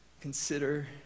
consider